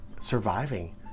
surviving